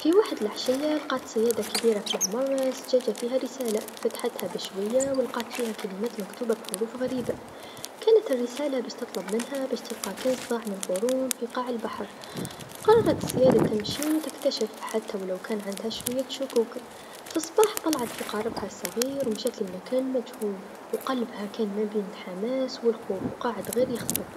في وحد لعشيا لقات سيادا كبيرا في العمر زجاجا فيها رساله، فتحتها بالشويا و لقلات فيها كلمات مكتوبه بحروف غريبا، كانت الرساله باش تطلب منها باش تلقى كنز ضاع من قرون في القاع البحر، قررت السيادا تمشي و تكتشف حتى و لو كان عندها شوية شكوك، في الصباح طلعت في قاربها الصغير و مشات للمكان المجهول و قلبها كان ما بين الحماس و الخوف و قاعد غي يخبط.